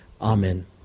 Amen